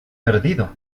perdido